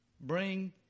bring